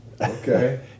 Okay